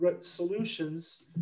solutions